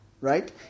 right